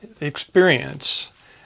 experience